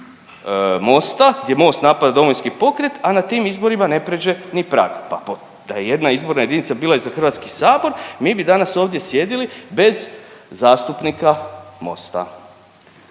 gdje Most napada Domovinski pokret, a na tim izborima ne prijeđe ni prag, pa po da je jedna izborna jedinica bila i za Hrvatski sabor, mi bi danas ovdje sjedili bez zastupnika Mosta.